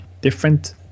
different